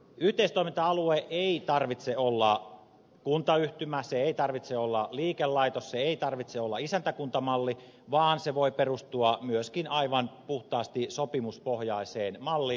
yhteistoiminta alueen ei tarvitse olla kuntayhtymä sen ei tarvitse olla liikelaitos sen ei tarvitse olla isäntäkuntamalli vaan se voi perustua myöskin aivan puhtaasti sopimuspohjaiseen malliin